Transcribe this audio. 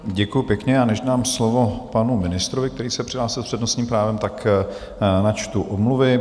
Děkuju pěkně, a než dám slovo panu ministrovi, který se přihlásil s přednostním právem, načtu omluvy.